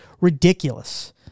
ridiculous